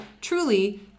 truly